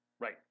Right